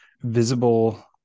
visible